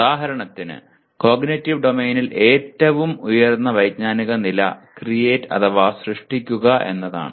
ഉദാഹരണത്തിന് കോഗ്നിറ്റീവ് ഡൊമെയ്നിൽ ഏറ്റവും ഉയർന്ന വൈജ്ഞാനിക നില ക്രീയറ്റ് അഥവാ സൃഷ്ടിക്കുക എന്നതാണ്